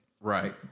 Right